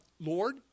Lord